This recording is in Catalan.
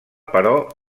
però